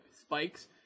spikes